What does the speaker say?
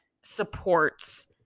supports